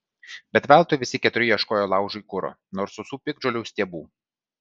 bet veltui visi keturi ieškojo laužui kuro nors sausų piktžolių stiebų